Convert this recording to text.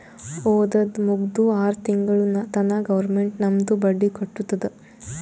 ಓದದ್ ಮುಗ್ದು ಆರ್ ತಿಂಗುಳ ತನಾ ಗೌರ್ಮೆಂಟ್ ನಮ್ದು ಬಡ್ಡಿ ಕಟ್ಟತ್ತುದ್